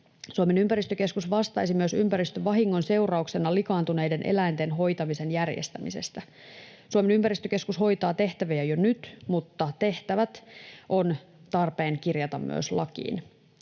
Suomen ympäristökeskus vastaisi myös ympäristövahingon seurauksena likaantuneiden eläinten hoitamisen järjestämisestä. Suomen ympäristökeskus hoitaa tehtäviä jo nyt, mutta tehtävät on tarpeen kirjata myös lakiin.